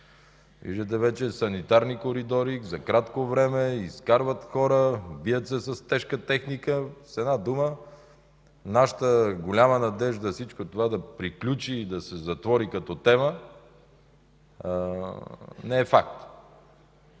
Виждате вече санитарни коридори, за кратко време изкарват хора, бият се с тежка техника. С една дума нашата голяма надежда всичко това да приключи и да се затвори като тема, не е факт.